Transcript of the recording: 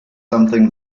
something